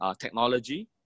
technology